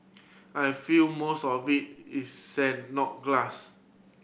I feel most of it is sand not glass